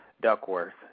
Duckworth